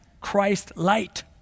Christ-light